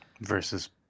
versus